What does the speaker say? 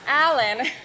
Alan